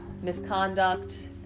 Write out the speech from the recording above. misconduct